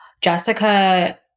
Jessica